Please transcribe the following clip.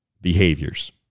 behaviors